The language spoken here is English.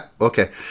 okay